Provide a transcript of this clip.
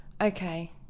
Okay